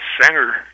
singer